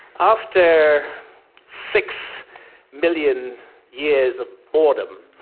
after six million years of boredom,